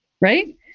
Right